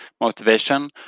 motivation